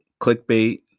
clickbait